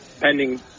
pending